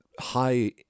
high